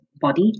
body